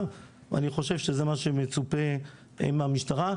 ואני חושב שזה מה שמצופה מהמשטרה.